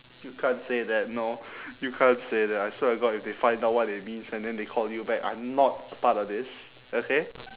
you can't say that no you can't say that I swear to god if they find out what it means and then they call you back I am not part of this okay